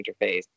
interface